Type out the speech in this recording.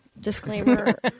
Disclaimer